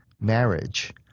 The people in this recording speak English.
marriage